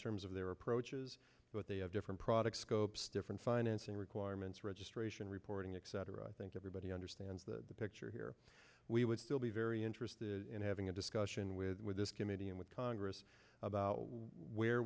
terms of their approaches but they have different products scopes different financing requirements registration reporting exciter i think everybody understands the picture here we would still be very interested in having a discussion with this committee and with congress about where